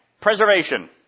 Preservation